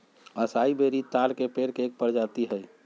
असाई बेरी ताड़ के पेड़ के एक प्रजाति हई